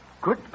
Good